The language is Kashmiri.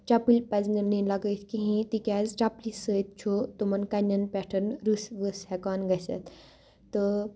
چَپٕلۍ پَزِ نہٕ نِنۍ لَگٲیِتھ کِہیٖنۍ تِکیٛازِ چَپلی سۭتۍ چھُ تِمَن کَنٮ۪ن پٮ۪ٹھ رٕس وٕس ہٮ۪کان گٔژھِتھ تہٕ